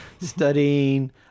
studying